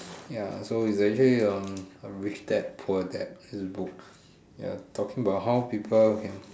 ya so it's actually um rich dad poor dads books ya talking about how people can